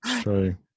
true